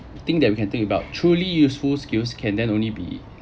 thing that we can think about truly useful skills can then only be